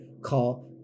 call